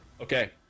Okay